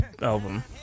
album